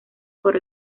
por